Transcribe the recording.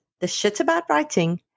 theshitaboutwriting